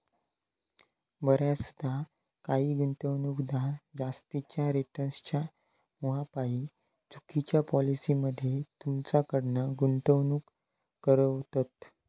बऱ्याचदा काही गुंतवणूकदार जास्तीच्या रिटर्न्सच्या मोहापायी चुकिच्या पॉलिसी मध्ये तुमच्याकडना गुंतवणूक करवतत